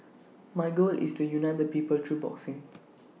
my goal is to unite the people through boxing